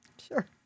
Sure